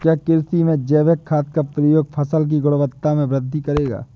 क्या कृषि में जैविक खाद का प्रयोग फसल की गुणवत्ता में वृद्धि करेगा?